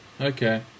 okay